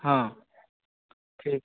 ହଁ ଠିକ୍